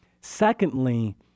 Secondly